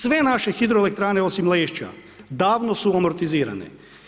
Sve naše hidroelektrane, osim Lešća, davno su amortizirane.